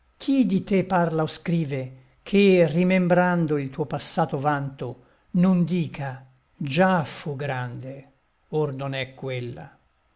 di te parla o scrive che rimembrando il tuo passato vanto non dica già fu grande or non è quella